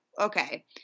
okay